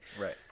Right